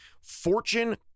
Fortune